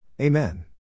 Amen